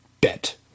bet